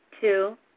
two